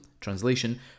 translation